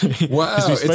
Wow